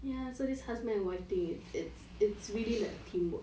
ya so this husband and wife thing it's it's really like teamwork